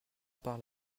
par